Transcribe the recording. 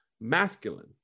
masculine